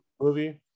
movie